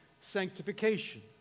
sanctification